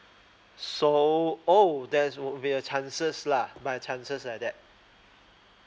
so oh there's will be a chances lah my chances like that